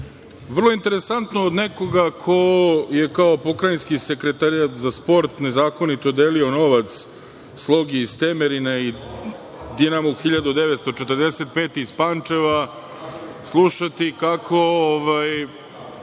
vrlo je interesantno od nekoga ko je kao pokrajinski sekretar za sport nezakonito delio novac „Slogi“ iz Temerina i „Dinamu 1945“ iz Pančeva slušati kako